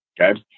okay